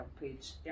page